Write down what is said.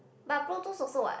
but Protos also what